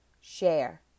share